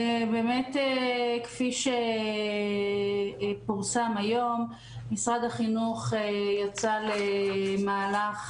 באמת, כפי שפורסם היום, משרד החינוך יצא למהלך